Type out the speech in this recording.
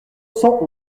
cent